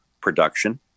production